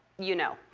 you know.